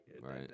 Right